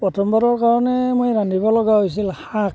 প্ৰথমবাৰৰ কাৰণে মই ৰান্ধিবলগা হৈছিল শাক